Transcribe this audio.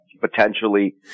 Potentially